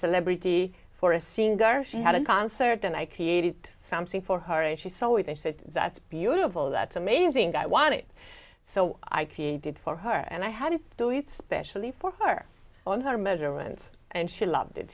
celebrity for a scene gar she had a concert and i created something for her and she saw it they said that's beautiful that's amazing i want it so i did for her and i had to do it specially for her on her measurements and she loved it